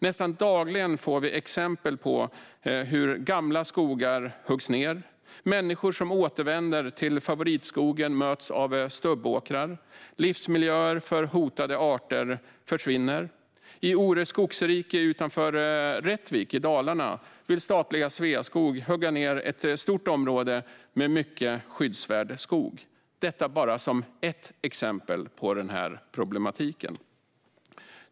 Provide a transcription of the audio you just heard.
Nästan dagligen får vi exempel på hur gamla skogar huggs ned. Människor som återvänder till favoritskogen möts av stubbåkrar. Livsmiljöer för hotade arter försvinner. I Ore skogsrike utanför Rättvik i Dalarna vill statliga Sveaskog hugga ned ett stort område med mycket skyddsvärd skog. Detta är bara ett exempel på denna problematik.